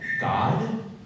God